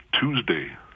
Tuesday